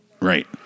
right